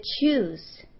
choose